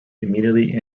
immediately